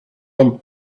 him